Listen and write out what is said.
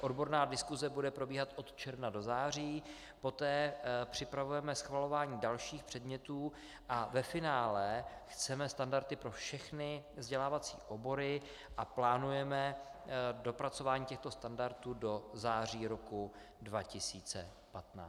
Odborná diskuse bude probíhat od června do září, poté připravujeme schvalování dalších předmětů a ve finále chceme standardy pro všechny vzdělávací obory a plánujeme dopracování těchto standardů do září roku 2015.